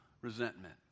resentment